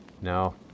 No